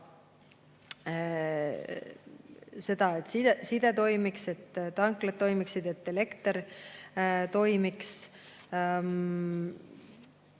seda, et side toimiks, tanklad toimiksid, elekter toimiks.